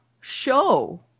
show